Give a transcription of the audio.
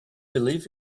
believe